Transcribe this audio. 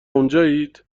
اونجایید